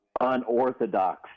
unorthodox